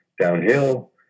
downhill